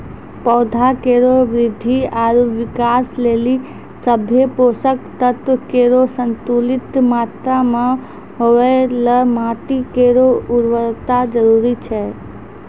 पौधा केरो वृद्धि आरु विकास लेलि सभ्भे पोसक तत्व केरो संतुलित मात्रा म होवय ल माटी केरो उर्वरता जरूरी छै